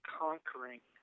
conquering